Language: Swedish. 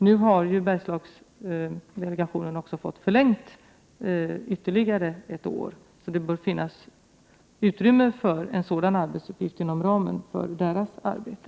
Nu har ju Bergslagsdelegationen också fått förlängning med ytterligare ett år, så det bör finnas utrymme för en sådan arbetsuppgift inom ramen för dess arbete.